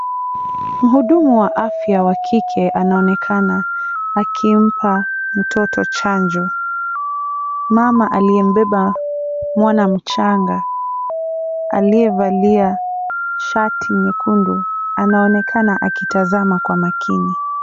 Mhudumu wa afya wa kike anaonekana akimpa mtoto chanjo mama aliyembeba mwana mchanga aliyevalia shati nyekundu akitazama kwa makini.